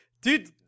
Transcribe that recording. dude